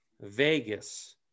Vegas